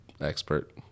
expert